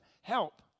help